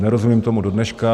Nerozumím tomu dodneška.